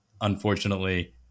Unfortunately